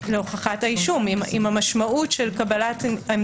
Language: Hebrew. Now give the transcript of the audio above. לא מתכתב עם השלב שאנו נמצאים בשלב